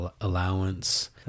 allowance